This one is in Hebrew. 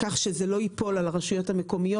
כך שהתחזוקה שלהם לא תיפול על הרשויות המקומיות.